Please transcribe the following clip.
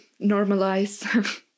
normalize